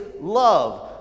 love